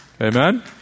Amen